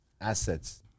Assets